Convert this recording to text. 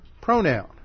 pronoun